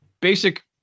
basic